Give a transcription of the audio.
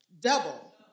double